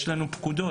יש לנו פקודות